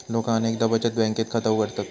लोका अनेकदा बचत बँकेत खाता उघडतत